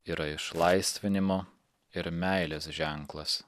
yra išlaisvinimo ir meilės ženklas